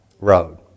road